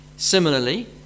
Similarly